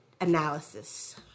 analysis